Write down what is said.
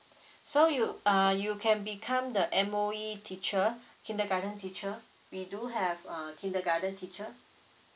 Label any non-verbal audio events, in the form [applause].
[breath] so you err you can become the M_O_E teacher kindergarten teacher we do have uh kindergarten teacher